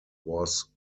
was